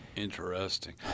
Interesting